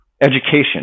Education